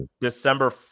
December